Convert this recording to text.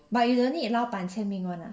but you will need 老板签名 [one] ah